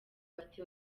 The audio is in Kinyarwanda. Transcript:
bati